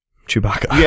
Chewbacca